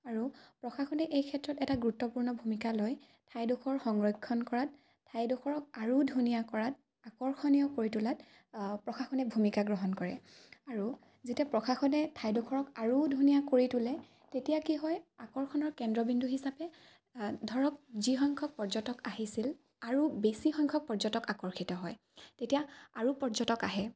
আৰু প্ৰশাসনে এই ক্ষেত্ৰত এটা গুৰুত্বপূৰ্ণ ভূমিকা লয় ঠাইডোখৰ সংৰক্ষণ কৰাত ঠাইডোখৰক আৰু ধুনীয়া কৰাত আকৰ্ষণীয় কৰি তোলাত প্ৰশাসনে ভূমিকা গ্ৰহণ কৰে আৰু যেতিয়া প্ৰশাসনে ঠাইডোখৰক আৰু ধুনীয়া কৰি তোলে তেতিয়া কি হয় আকৰ্ষণৰ কেন্দ্ৰবিন্দু হিচাপে ধৰক যিসংখ্যক পৰ্যটক আহিছিল আৰু বেছি সংখ্যক পৰ্যটক আকৰ্ষিত হয় তেতিয়া আৰু পৰ্যটক আহে